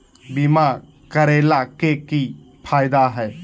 बीमा करैला के की फायदा है?